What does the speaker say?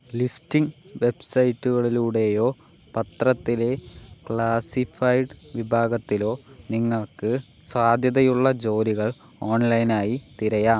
listing web സൈറ്റുകളിലൂടെയോ പത്രത്തിലെ classified വിഭാഗത്തിലോ നിങ്ങൾക്ക് സാധ്യതയുള്ള ജോലികൾ ഓൺ ലൈനായി തിരയാം